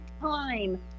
time